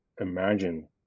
imagine